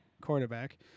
quarterback